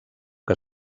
que